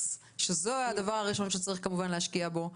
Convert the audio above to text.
שזה הדבר הראשון שצריך להשקיע בו,